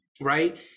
right